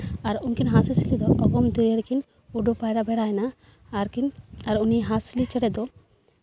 ᱟᱨ ᱩᱱᱠᱤᱱ ᱦᱟᱸᱥᱼᱦᱟᱸᱥᱞᱤ ᱫᱚ ᱚᱜᱚᱢ ᱫᱚᱨᱭᱟ ᱨᱮᱠᱤᱱ ᱩᱰᱟᱹᱣ ᱯᱟᱭᱨᱟ ᱵᱟᱲᱟᱭᱱᱟ ᱟᱨ ᱠᱤᱱ ᱟᱨ ᱩᱱᱤ ᱦᱟᱸᱥᱞᱤ ᱪᱮᱬᱮ ᱫᱚ